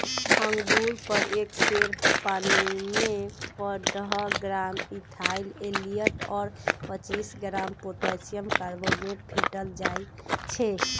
अंगुर पर एक सेर पानीमे पंडह ग्राम इथाइल ओलियट और पच्चीस ग्राम पोटेशियम कार्बोनेट फेटल जाई छै